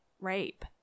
rape